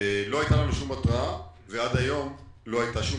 לא הייתה לנו שום התרעה ועד היום לא הייתה שום